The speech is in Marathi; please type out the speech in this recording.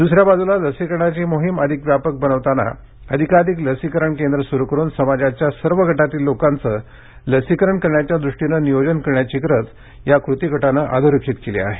द्सऱ्या बाजूला लसीकरणाची मोहीम अधिक व्यापक बनवताना जास्तीत जास्त लसीकरण केंद्र सुरु करून समाजाच्या सर्व गटातील लोकांचं लसीकरण करण्याच्या दूष्टीनं नियोजन करण्याची गरज कृती गटानं अधोरेखित केली आहे